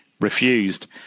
refused